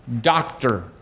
doctor